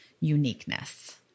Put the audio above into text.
uniqueness